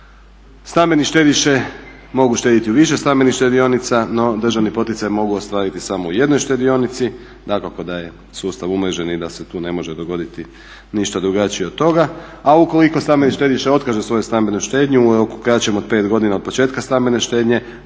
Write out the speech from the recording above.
Stambene štediše mogu štediti u više stambenih štedionica, no državni poticaj mogu ostvariti samo u jednoj štedionici. Dakako da je sustav umrežen i da se tu ne može dogoditi ništa drugačije od toga, a ukoliko stambeni štediša otkaže svoju stambenu štednju u roku kraćem od pet godina od početka stambene štednje,